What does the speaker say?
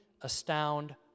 astound